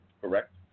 correct